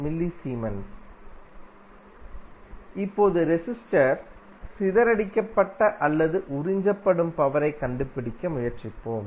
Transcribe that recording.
mS இப்போது resistor சிதறடிக்கப்பட்ட அல்லது உறிஞ்சப்படும் பவரைக் கண்டுபிடிக்க முயற்சிப்போம்